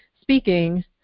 speaking